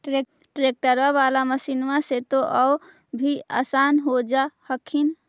ट्रैक्टरबा बाला मसिन्मा से तो औ भी आसन हो जा हखिन?